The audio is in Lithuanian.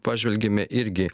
pažvelgėme irgi